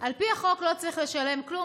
על פי החוק לא צריך לשלם כלום,